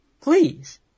Please